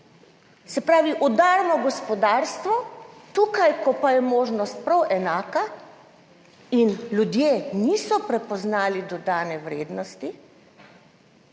Se pravi, udarimo gospodarstvo, tukaj, ko pa je možnost prav enaka in ljudje niso prepoznali dodane vrednosti,